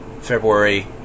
February